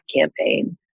campaign